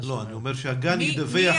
לא, אני אומר שהגן ידווח.